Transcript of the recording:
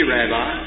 Rabbi